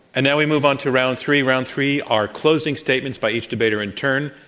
and now, we move on to round three. round three are closing statements by each debater in turn.